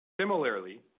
Similarly